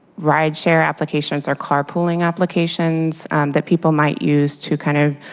ride share applications or car pooling applications that people might use to kind of